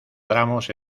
tramos